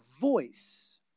voice